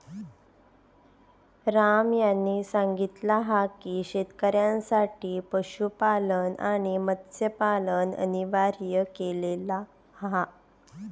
राम यांनी सांगितला हा की शेतकऱ्यांसाठी पशुपालन आणि मत्स्यपालन अनिवार्य केलेला हा